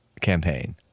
campaign